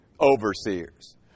overseers